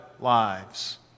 lives